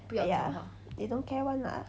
!aiya! they don't care [one] lah